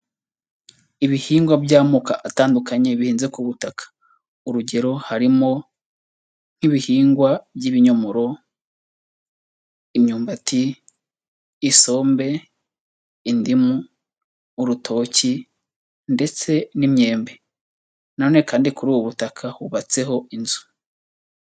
Ibihingwa by'amoko atandukanye bihinze ku butaka, urugero harimo; nk'ibihingwa by'ibinyomoro, imyumbati, isombe, indimu, urutoki ndetse n'imyembe, na none kandi kuri ubu butaka hubatseho inzu.